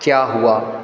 क्या हुआ